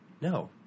No